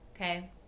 okay